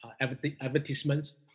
advertisements